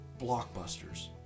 blockbusters